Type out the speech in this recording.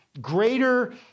greater